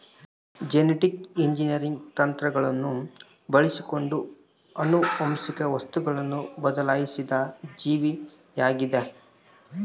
genetic engineering ತಂತ್ರಗಳನ್ನು ಬಳಸಿಕೊಂಡು ಆನುವಂಶಿಕ ವಸ್ತುವನ್ನು ಬದಲಾಯಿಸಿದ ಜೀವಿಯಾಗಿದ